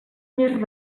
més